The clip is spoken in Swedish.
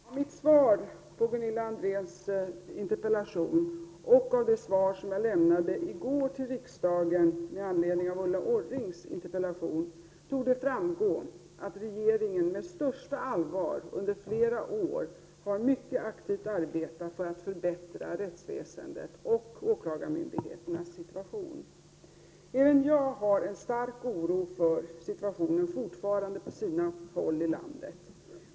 Herr talman! Av mitt svar på Gunilla Andrés interpellation och av det svar som jag lämnade i går till riksdagen med anledning av Ulla Orrings interpellation, torde framgå att regeringen med största allvar under flera år mycket aktivt har arbetat för att förbättra rättsväsendet och åklagarmyndigheternas situation. Även jag känner en stark oro för att situationen fortfarande ser ut som den gör på sina håll i landet.